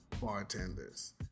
bartenders